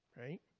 right